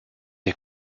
des